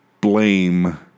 blame